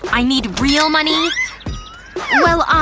i need real money well, um,